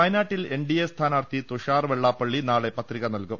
വയനാട്ടിൽ N D A സ്ഥാനാർത്ഥി തുഷാർ വെള്ളാപ്പള്ളി നാളെ പത്രിക നൽകും